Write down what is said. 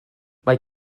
mae